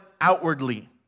outwardly